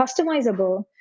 customizable